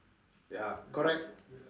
ya correct